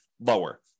lower